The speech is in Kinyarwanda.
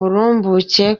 burumbuke